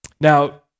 Now